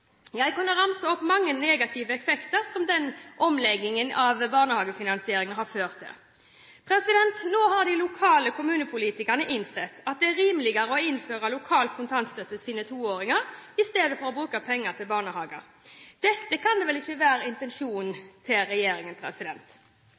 jeg kunne ramset opp mange negative effekter som omleggingen av barnehagefinansieringen har ført til. Nå har de lokale kommunepolitikerne innsett at det er rimeligere å innføre lokal kontantstøtte til sine toåringer enn å bruke pengene til barnehager. Dette kan da ikke